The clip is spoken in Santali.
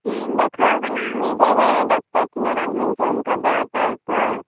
ᱦᱮᱸᱧ ᱫᱮᱠᱷᱟᱣ ᱠᱟᱱᱟ ᱢᱤᱫ ᱡᱟᱭᱜᱟᱨᱮ ᱰᱟᱠᱛᱟᱨ ᱴᱷᱮᱱᱟᱜ ᱨᱟᱱ ᱦᱚᱸᱧ ᱡᱚᱢ ᱠᱟᱫᱟ ᱛᱟᱨᱯᱚᱨ